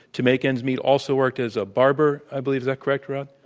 to make ends meet, also worked as a barber, i believe, is that correct, rod?